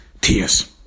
tears